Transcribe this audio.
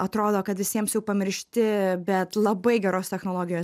atrodo kad visiems jau pamiršti bet labai geros technologijos